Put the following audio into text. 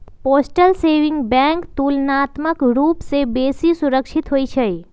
postal saving bank तुलनात्मक रूप से बेशी सुरक्षित होइ छइ